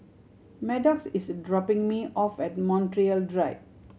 Maddox is dropping me off at Montreal Drive